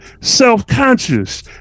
self-conscious